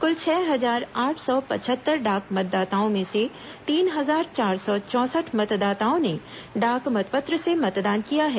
कुल छह हजार आठ सौ पचहत्तर डाक मतदाताओं में से तीन हजार चार सौ चौंसठ मतदाताओं ने डाक मतपत्र से मतदान किया है